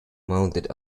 mounted